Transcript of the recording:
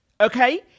Okay